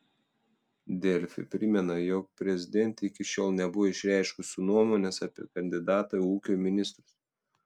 delfi primena jog prezidentė iki šiol nebuvo išreiškusi nuomonės apie kandidatą į ūkio ministrus